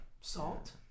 salt